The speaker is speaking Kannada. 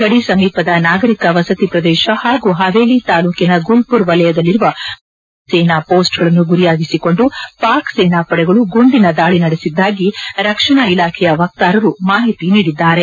ಗದಿ ಸಮೀಪದ ನಾಗರಿಕ ವಸತಿ ಪ್ರದೇಶ ಹಾಗೂ ಹವೇಲಿ ತಾಲೂಕಿನ ಗುಲ್ಪುರ್ ವಲಯದಲ್ಲಿರುವ ಭಾರತೀಯ ಮುಂಚೂಣಿ ಸೇನಾ ಪೋಸ್ಟ್ಗಳನ್ನು ಗುರಿಯಾಗಿರಿಸಿಕೊಂಡು ಪಾಕ್ ಸೇನಾಪಡೆಗಳು ಗುಂಡಿನ ದಾಳಿ ನಡೆಸಿದ್ದಾಗಿ ರಕ್ಷಣಾ ಇಲಾಖೆಯ ವಕ್ತಾರರು ಮಾಹಿತಿ ನೀಡಿದ್ದಾರೆ